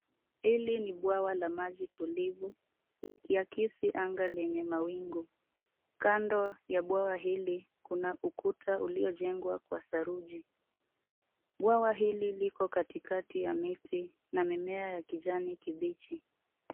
Hili ni bwawa la maji tulivu likiakisi anga lenye mawingu. Kando ya bwawa hili kuna ukuta uliojengwa kwa saruji. Bwawa hili liko katikati ya miti na mimea ya kijani kibichi.